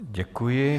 Děkuji.